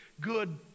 good